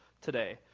today